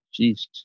Jeez